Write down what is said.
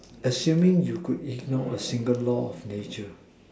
assuming you could ignore a single law of nature